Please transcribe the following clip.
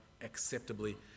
acceptably